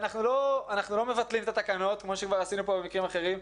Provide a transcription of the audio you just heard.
אנחנו לא מבטלים את התקנות כמו שכבר עשינו כאן במקרים אחרים.